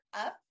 up